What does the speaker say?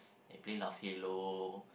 play a lot of Halo